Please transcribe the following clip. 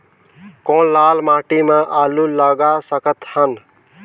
कौन लाल माटी म आलू लगा सकत हन?